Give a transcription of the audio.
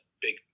big